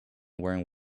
wearing